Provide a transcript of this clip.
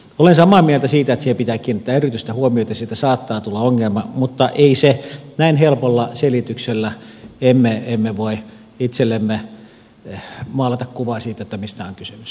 olen samaa mieltä siitä että siihen pitää kiinnittää erityistä huomiota siitä saattaa tulla ongelma mutta näin helpolla selityksellä emme voi itsellemme maalata kuvaa siitä mistä on kysymys